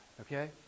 okay